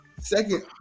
second